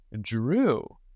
drew